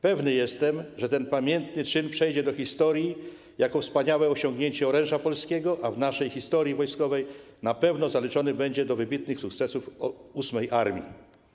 Pewny jestem, że ten pamiętny czyn przejdzie do historii jako wspaniałe osiągnięcie oręża polskiego, a w naszej historii wojskowej na pewno zaliczony będzie do wybitnych sukcesów 8. armii.